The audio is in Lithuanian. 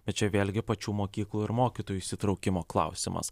bet čia vėlgi pačių mokyklų ir mokytojų įsitraukimo klausimas